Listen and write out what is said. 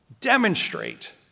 demonstrate